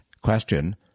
Question